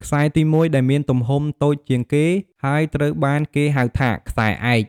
ខ្សែទី ១ ដែលមានទំហំ តូចជាងគេ ហើយត្រូវបានគេហៅថា ខ្សែឯក។